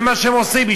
זה מה שהם עושים,